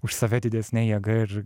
už save didesne jėga ir